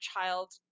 child